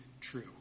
true